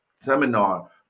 seminar